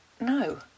no